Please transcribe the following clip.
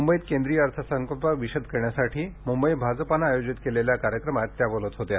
मुंबईत केंद्रीय अर्थसंकल्प विषद करण्यासाठी मुंबई भाजपने आयोजित केलेल्या कार्यक्रमात त्या बोलत होत्या